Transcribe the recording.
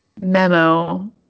memo